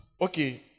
okay